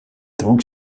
dronk